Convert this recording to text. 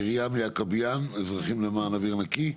בבקשה, מרים יעקביאן, אזרחים למען אוויר נקי.